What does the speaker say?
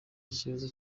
ikibazo